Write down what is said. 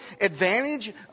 advantage